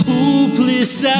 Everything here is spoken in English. Hopeless